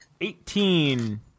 Eighteen